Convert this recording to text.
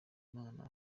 imana